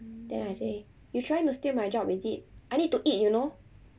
then I say you trying to steal my job is it I need to eat you know